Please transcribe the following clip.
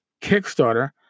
Kickstarter